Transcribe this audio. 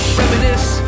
reminisce